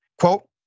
Quote